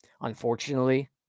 Unfortunately